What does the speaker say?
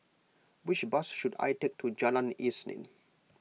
which bus should I take to Jalan Isnin